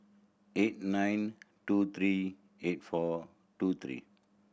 eight nine two three eight four two three